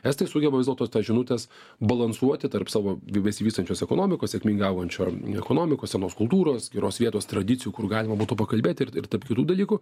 estai sugeba vis dėlto tas žinutes balansuoti tarp savo besivystančios ekonomikos sėkmingai augančio ekonomikos senos kultūros geros vietos tradicijų kur galima būtų pakalbėti ir tarp kitų dalykų